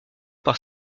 par